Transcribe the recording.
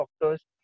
doctors